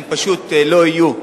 הם פשוט לא יהיו.